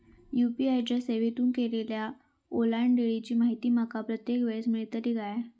UPI च्या सेवेतून केलेल्या ओलांडाळीची माहिती माका प्रत्येक वेळेस मेलतळी काय?